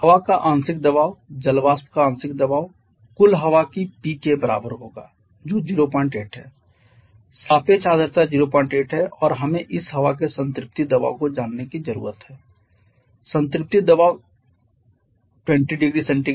हवा का आंशिक दबाव जल वाष्प का आंशिक दबाव कुल हवा की P के बराबर होगा जो 08 है सापेक्ष आर्द्रता 08 है और हमें इस हवा के संतृप्ति दबाव को जानने की जरूरत है संतृप्ति दबाव इसी है 20 0C